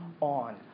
on